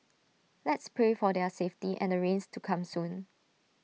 let's pray for their safety and rains to come soon